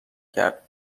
کرد